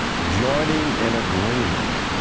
joining in agreement,